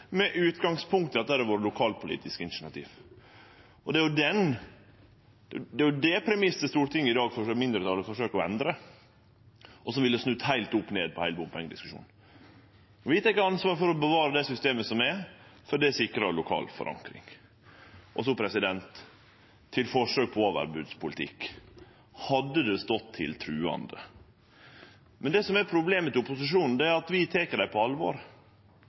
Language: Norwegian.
med utgangspunkt i at det har vore lokalpolitiske initiativ. Det er den premissen mindretalet i Stortinget i dag forsøkjer å endre, og som ville snudd opp ned på heile bompengediskusjonen. Vi tek ansvar for å bevare det systemet som er, for det sikrar lokal forankring. Så til forsøket på overbodspolitikk, om det hadde stått til truande. Men det som er problemet til opposisjonen, er at vi tek dei på alvor.